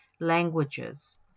languages